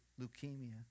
leukemia